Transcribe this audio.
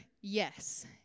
yes